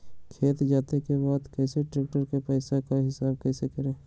खेत जोते के बाद कैसे ट्रैक्टर के पैसा का हिसाब कैसे करें?